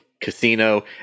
Casino